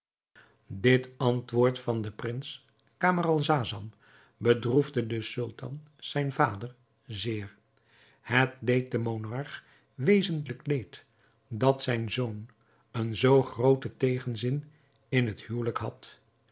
dit antwoord van den prins camaralzaman bedroefde den sultan zijn vader zeer het deed den monarch wezentlijk leed dat zijn zoon een zoo grooten tegenzin in het huwelijk had